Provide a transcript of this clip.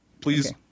please